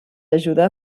ajuda